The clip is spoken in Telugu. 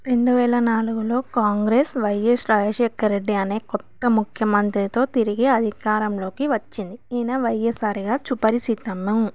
రెండు వేల నాలుగులో కాంగ్రెస్ వైఎస్ రాజశేఖరరెడ్డి అనే కొత్త ముఖ్యమంత్రితో తిరిగి అధికారంలోకి వచ్చింది ఈయన వైఎస్ఆర్గా సుపరిచితము